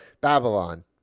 Babylon